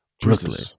Brooklyn